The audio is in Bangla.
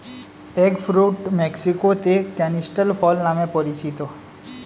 এগ ফ্রুট মেক্সিকোতে ক্যানিস্টেল ফল নামে পরিচিত